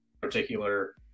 particular